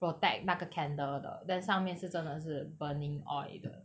protect 那个 candle 的 then 上面是真的是 burning oil 的